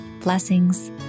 Blessings